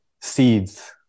seeds